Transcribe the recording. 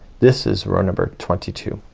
this is row number twenty two.